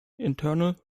internal